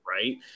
right